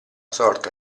sorta